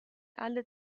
alle